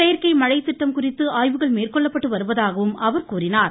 செயற்கை மழை திட்டம் குறித்து ஆய்வுகள் மேற்கொள்ள்ப்பட்டு வருவதாகவும் அவர் குறிப்பிட்டார்